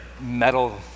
metal